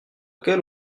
quelle